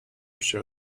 show